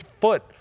foot